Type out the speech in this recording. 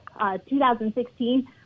2016